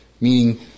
meaning